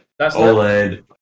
OLED